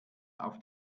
auf